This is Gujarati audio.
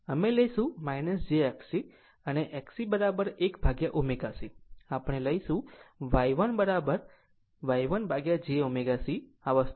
અમે લઈશું jXC અને XC1ω C આ રીતે આપણે લઈશું Y1j ω C આ આ વસ્તુ હશે